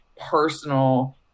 personal